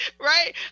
Right